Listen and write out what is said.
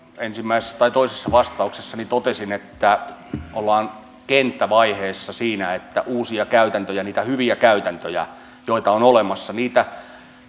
ensimmäisessä tai toisessa vastauksessani totesin että ollaan kenttävaiheessa siinä että hyödynnetään uusia käytäntöjä niitä hyviä käytäntöjä joita on olemassa niitä